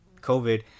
COVID